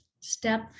Step